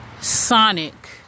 Sonic